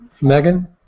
Megan